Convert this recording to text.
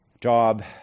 job